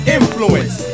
influence